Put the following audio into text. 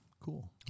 Cool